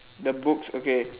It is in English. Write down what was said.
the books okay